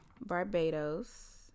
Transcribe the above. Barbados